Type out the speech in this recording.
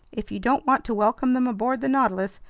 if you don't want to welcome them aboard the nautilus,